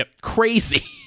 crazy